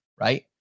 right